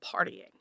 partying